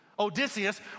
Odysseus